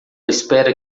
espera